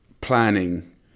planning